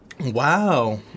Wow